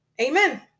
amen